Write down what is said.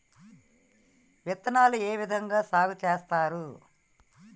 విత్తనాలు ఏ విధంగా సాగు చేస్తారు?